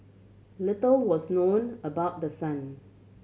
little was known about the son